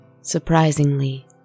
Surprisingly